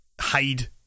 hide